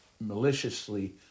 maliciously